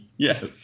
Yes